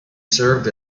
served